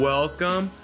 Welcome